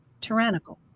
tyrannical